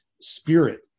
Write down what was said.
spirit